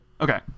okay